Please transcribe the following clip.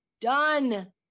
done